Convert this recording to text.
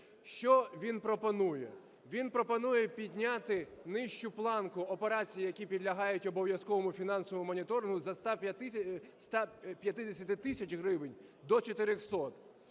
Що він пропонує? Він пропонує підняти нижчу планку операцій, які підлягають обов'язковому фінансовому моніторингу, зі 150 тисяч гривень до 400,